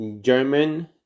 German